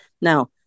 Now